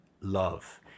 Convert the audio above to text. love